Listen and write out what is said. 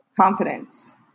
Confidence